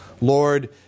Lord